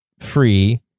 free